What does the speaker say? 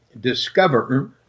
discover